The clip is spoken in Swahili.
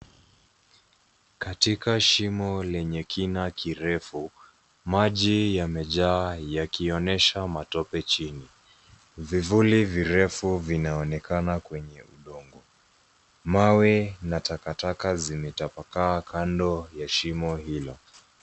Katika shimo lenye kina kirefu, maji yamejaa yakionyesha matope chini. Vivuli virefu vinaonekana kwenye udongo. Mawe na takataka zimetapakaa kando ya shimo hilo.